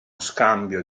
scambio